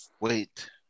Wait